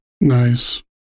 Nice